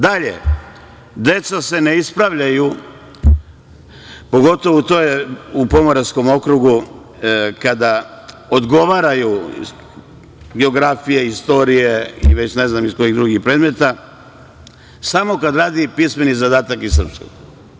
Dalje, deca se ne ispravljaju, pogotovo to je u Pomoravskom okrugu, kada odgovaraju geografiju, istoriju, već ne znam iz kojih drugih predmeta, samo kada radi pismeni zadatak iz srpskog.